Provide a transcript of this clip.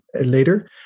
later